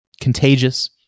Contagious